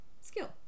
skill